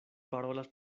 parolas